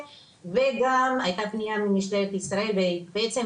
וגם הייתה פנייה ממשטרת ישראל ובעצם,